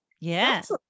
Yes